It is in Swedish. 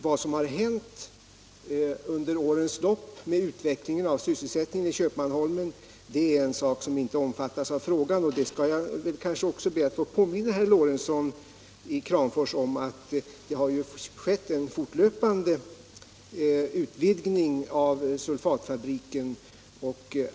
Vad som har hänt under årens lopp i fråga om utvecklingen av sysselsättningen i Köpmanholmen är något som inte omfattas av herr Lorentzons fråga. Jag kanske också skall påminna herr Lorentzon i Kramfors om att det har skett en fortlöpande utvidgning av sulfatfabriken.